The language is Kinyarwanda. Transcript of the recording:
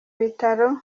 bitaro